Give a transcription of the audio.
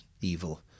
evil